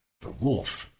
the wolf,